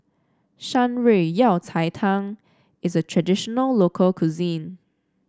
Shan Rui Yao Cai Tang is a traditional local cuisine